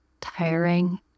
tiring